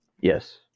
Yes